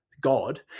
God